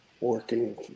working